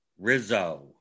Rizzo